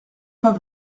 pas